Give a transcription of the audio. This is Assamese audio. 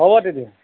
হ'ব তেতিয়া